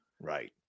right